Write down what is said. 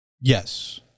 Yes